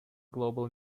global